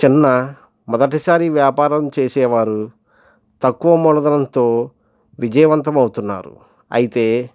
చిన్న మొదటిసారి వ్యాపారం చేసేవారు తక్కువ మూలధనంతో విజయవంతం అవుతున్నారు అయితే